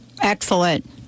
Excellent